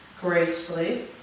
gracefully